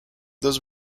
dos